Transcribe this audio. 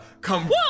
come